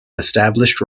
established